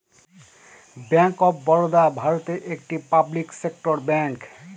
bank of Baroda ভারতের একটি public sector bank